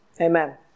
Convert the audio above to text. Amen